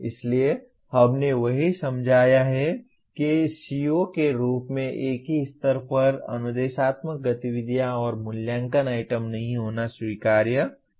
इसलिए हमने वही समझाया है कि CO के रूप में एक ही स्तर पर अनुदेशात्मक गतिविधियां और मूल्यांकन आइटम नहीं होना स्वीकार्य नहीं है